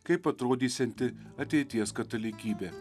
kaip atrodysianti ateities katalikybė